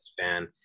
fan